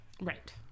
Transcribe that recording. Right